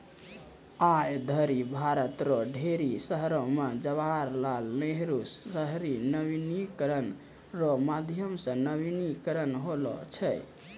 आय धरि भारत रो ढेरी शहरो मे जवाहर लाल नेहरू शहरी नवीनीकरण रो माध्यम से नवीनीकरण होलौ छै